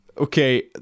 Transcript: Okay